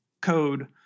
code